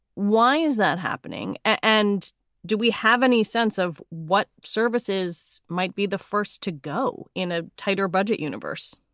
why is that happening? and do we have any sense of what services might be the first to go in a tighter budget universe?